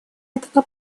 этого